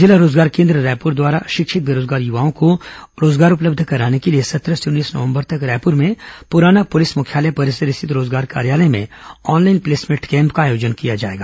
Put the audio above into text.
जिला रोजगार केन्द्र रायपुर द्वारा शिक्षित बेरोजगार युवाओं को रोजगार उपलब्ध कराने के लिए सत्रह से उन्नीस नवंबर तक रायपुर में पुराना पुलिस मुख्यालय परिसर स्थित रोजगार कार्यालय में ऑनलाइन प्लेसमेंट कैम्प का आयोजन किया जाएगा